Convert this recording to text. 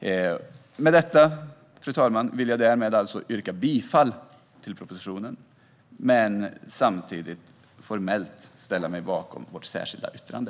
Med detta, fru talman, vill jag yrka bifall till propositionen men samtidigt formellt ställa mig bakom vårt särskilda yttrande.